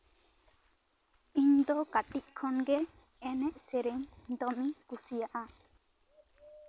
ᱤᱧ ᱫᱚ ᱠᱟᱹᱴᱤᱡ ᱠᱷᱚᱱᱜᱮ ᱮᱱᱮᱡᱼᱥᱮᱨᱮᱧ ᱫᱚᱢᱮᱧ ᱠᱩᱥᱤᱭᱟᱜᱼᱟ